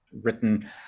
written